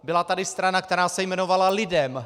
Byla tady strana, která se jmenovala LIDEM.